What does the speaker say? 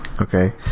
Okay